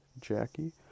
Jackie